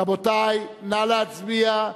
רבותי, נא להצביע.